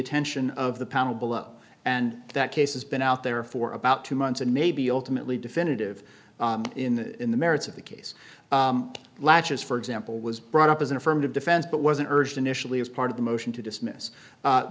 attention of the panel below and that case has been out there for about two months and maybe ultimately definitive in the in the merits of the case latches for example was brought up as an affirmative defense but wasn't urged initially as part of the motion to dismiss